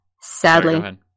sadly